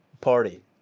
party